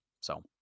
So-